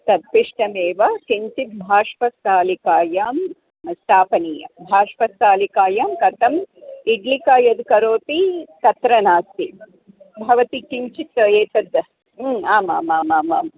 तत् पिष्टमेव किञ्चित् बाष्पस्थालिकायां स्थापनीयं बाष्पस्थालिकायां कथम् इड्लिका यद् करोति तत्र नास्ति भवती किञ्चित् एतद् ह्म् आमामाम्